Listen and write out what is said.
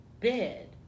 bed